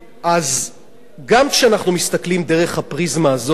אז גם כשאנחנו מסתכלים דרך הפריזמה הזאת,